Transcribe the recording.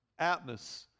atmos